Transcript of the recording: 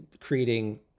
creating